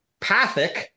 pathic